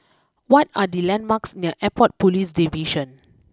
what are the landmarks near Airport police Division